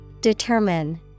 Determine